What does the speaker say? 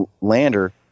Lander